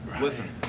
Listen